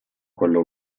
quello